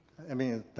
i mean.